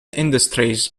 industries